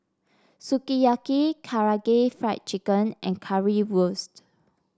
Sukiyaki Karaage Fried Chicken and Currywurst